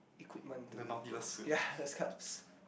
equipment to go yea those cups